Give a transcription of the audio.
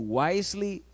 wisely